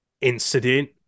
incident